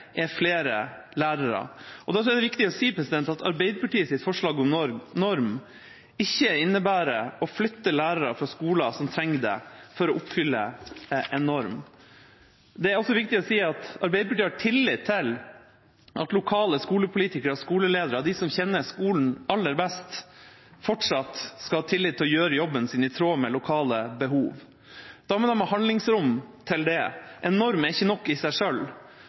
er flere lærere. Og da tror jeg det er viktig å si at Arbeiderpartiets forslag om norm ikke innebærer å flytte lærere fra skoler som trenger det, for å oppfylle en norm. Det er også viktig å si at Arbeiderpartiet har tillit til at lokale skolepolitikere og skoleledere, de som kjenner skolen aller best, fortsatt skal ha tillit til å gjøre jobben sin i tråd med lokale behov. Da må man ha handlingsrom til det. En norm er ikke nok i seg